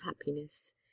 happiness